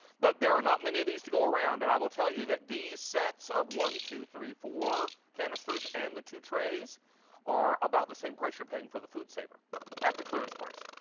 but there are not many of these to go around. and i will tell you these sets of one, two, three, four canisters and the two trays are about the same price you're paying for the foodsaver at the clearance price.